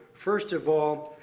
first of all,